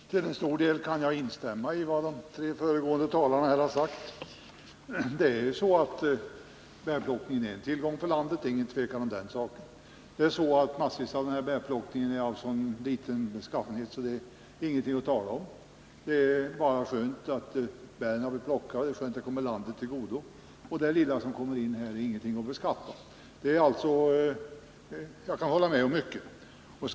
Herr talman! Till stor del kan jag instämma i vad de tre föregående talarna har sagt. Bärplockningen är en tillgång för landet, det är inget tvivel om den saken. En stor del av den här bärplockningen är också så obetydlig att det inte är någonting att tala om ur skattesynpunkt. Det är bara skönt att bären blir plockade, så att de kommer landet till godo. Det lilla som kommer in är alltså ingenting att beskatta. Jag kan således hålla med om mycket av vad som har sagts.